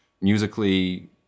musically